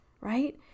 right